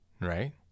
right